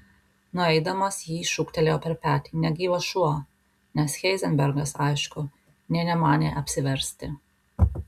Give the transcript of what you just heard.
nueidamas jį šūktelėjo per petį negyvas šuo nes heizenbergas aišku nė nemanė apsiversti